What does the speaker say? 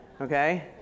Okay